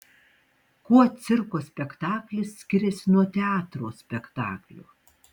kuo cirko spektaklis skiriasi nuo teatro spektaklio